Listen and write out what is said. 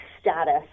status